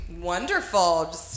wonderful